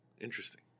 interesting